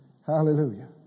Hallelujah